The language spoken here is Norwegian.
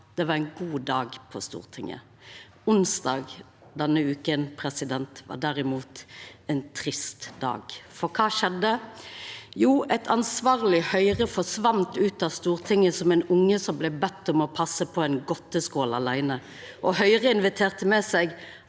Det var ein god dag for Stortinget. Onsdag denne veka var derimot ein trist dag. For kva skjedde? Jo, eit ansvarleg Høgre forsvann ut av Stortinget som ein unge som blir bedd om å passa på ei godteskål åleine. Høgre inviterte med seg